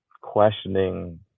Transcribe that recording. questioning